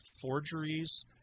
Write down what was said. forgeries